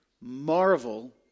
Marvel